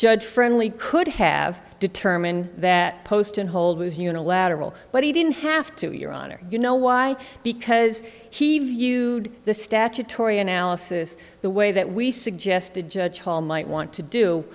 judge friendly could have determined that post and hold was unilateral but he didn't have to your honor you know why because he viewed the statutory analysis the way that we suggested judge hall might want to do